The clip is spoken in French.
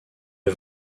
est